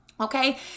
okay